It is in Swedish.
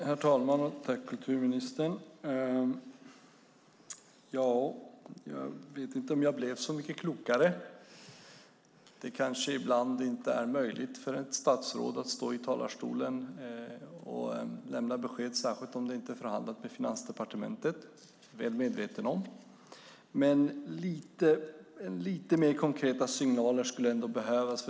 Herr talman! Tack, kulturministern! Jag vet inte om jag blev så mycket klokare. Det kanske ibland inte är möjligt för ett statsråd att stå i talarstolen och lämna besked, särskilt om det inte är förhandlat med Finansdepartementet. Det är jag medveten om. Lite mer konkreta signaler skulle dock behövas.